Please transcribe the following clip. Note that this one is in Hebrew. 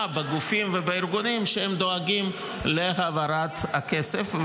בגופים ובארגונים שדואגים להעברת הכסף.